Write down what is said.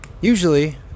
Usually